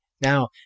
Now